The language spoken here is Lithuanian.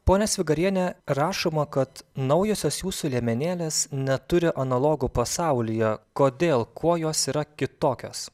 ponia svigariene rašoma kad naujosios jūsų liemenėlės neturi analogų pasaulyje kodėl kuo jos yra kitokios